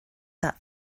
that